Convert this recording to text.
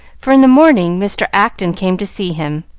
for in the morning mr. acton came to see him,